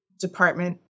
department